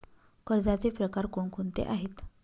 कर्जाचे प्रकार कोणकोणते आहेत?